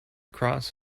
cross